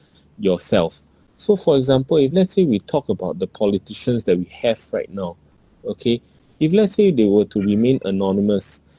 yourself so for example if let's say we talk about the politicians that we have right now okay if let's say they were to remain anonymous